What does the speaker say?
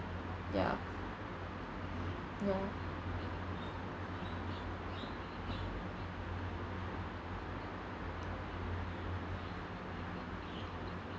ya ya